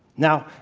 now,